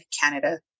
Canada